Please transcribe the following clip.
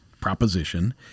proposition